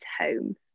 home